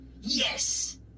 Yes